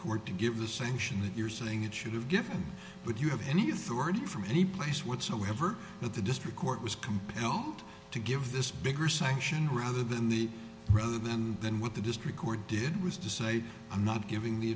court to give the sanction that you're saying it should have given would you have any authority from any place whatsoever that the district court was compelled to give this bigger sanction rather than the rather than than what the district court did was to say i'm not giving the